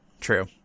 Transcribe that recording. True